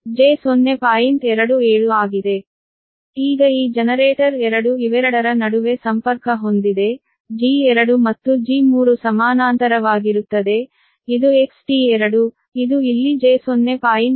ಈಗ ಈ ಜನರೇಟರ್ 2 ಇವೆರಡರ ನಡುವೆ ಸಂಪರ್ಕ ಹೊಂದಿದೆ G2 ಮತ್ತು G3 ಸಮಾನಾಂತರವಾಗಿರುತ್ತದೆ ಇದು XT2 ಇದು ಇಲ್ಲಿ j0